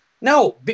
No